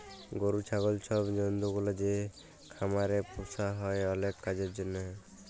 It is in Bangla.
গরু, ছাগল ছব জল্তুগুলা যে খামারে পুসা হ্যয় অলেক কাজের জ্যনহে